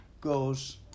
goes